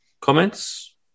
comments